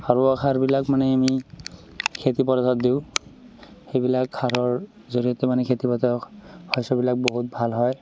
সাৰুৱা সাৰবিলাক মানে আমি খেতিপথাৰত দিওঁ সেইবিলাক সাৰৰ জৰিয়তে মানে খেতিপথাৰত শস্যবিলাক বহুত ভাল হয়